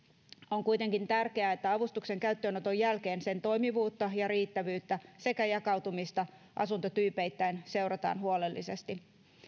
on kuitenkin tärkeää että avustuksen käyttöönoton jälkeen sen toimivuutta ja riittävyyttä sekä jakautumista asuntotyypeittäin seurataan huolellisesti